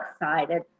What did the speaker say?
excited